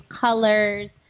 colors